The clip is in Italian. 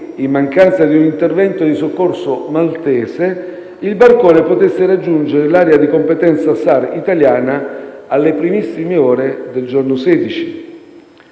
in mancanza di un intervento di soccorso maltese, il barcone potesse raggiungere l'area di competenza SAR italiana alle primissime ore del giorno 16.